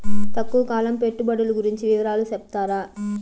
తక్కువ కాలం పెట్టుబడులు గురించి వివరాలు సెప్తారా?